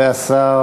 השר